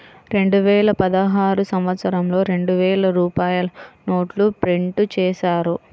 రెండువేల పదహారు సంవత్సరంలో రెండు వేల రూపాయల నోట్లు ప్రింటు చేశారు